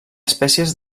espècies